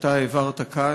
שאתה העברת כאן,